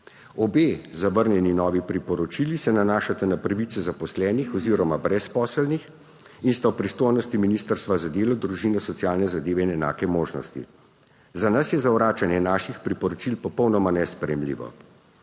Obe zavrnjeni novi priporočili se nanašata na pravice zaposlenih oziroma brezposelnih in sta v pristojnosti Ministrstva za delo, družino, socialne zadeve in enake možnosti. Za nas je zavračanje naših priporočil popolnoma nesprejemljivo.